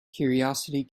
curiosity